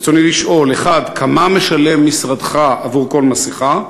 ברצוני לשאול: 1. כמה משלם משרדך עבור כל מסכה?